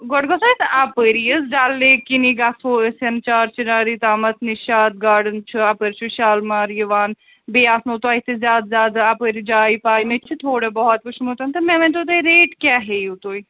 گۄڈٕ گژھَو أسۍ اَپٲری حظ ڈَل لیک کِنی گژھَو أسۍ ہَن چار چِناری تامَتھ نِشاط گاڈن چھُ اَپٲرۍ چھُ شالمار یِوان بیٚیہِ آسنَو تۄہہِ تہِ اَپٲرۍ زیادٕ زیادٕ جایہِ پاے مےٚ تہِ چھِ تھوڑا بہت وُچھمُت تہٕ مےٚ ؤنۍ تَو تُہۍ ریٹ کیٛاہ ہٮ۪یُو تُہۍ